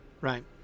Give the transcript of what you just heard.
Right